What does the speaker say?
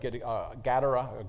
Gadara